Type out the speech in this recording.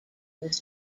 was